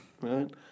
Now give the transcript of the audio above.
Right